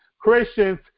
Christians